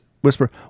whisper